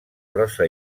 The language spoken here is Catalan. prosa